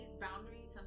boundaries